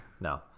No